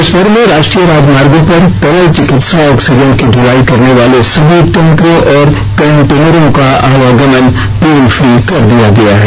देशभर में राष्ट्रीय राजमार्गों पर तरल चिकित्सा ऑक्सीजन की दुलाई करने वाले सभी टैंकरों और कन्टेनरों का आवागमन टोल फ्री कर दिया गया है